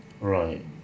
right